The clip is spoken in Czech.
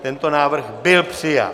Tento návrh byl přijat.